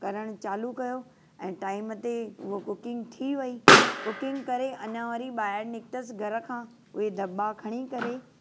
करणु चालू कयो ऐं टाइम ते हूअ कूकिंग थी वई कूकिंग करे अञा वरी ॿाहिर निकतसि घरु खां उहे दॿा खणी करे